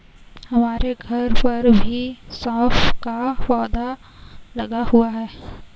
हमारे घर पर भी सौंफ का पौधा लगा हुआ है